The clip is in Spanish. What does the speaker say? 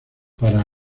para